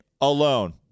alone